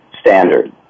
standard